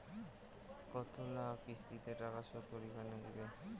কতোলা কিস্তিতে টাকা শোধ করিবার নাগীবে?